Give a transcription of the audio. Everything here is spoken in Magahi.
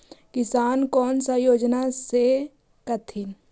किसान कोन सा योजना ले स कथीन?